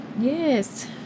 Yes